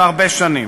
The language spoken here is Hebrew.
והרבה שנים.